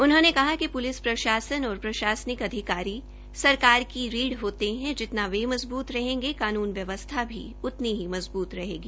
उन्होंने कहा कि प्रलिस प्रशासन और प्रशासनिक अधिकारी सरकार की रीढ़ होते है जितना वे मजबूत रहेंगे कानून व्यवस्था भी उतनी ही मज़बूत रहेगी